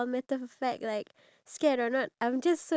oh what did you eat just now ah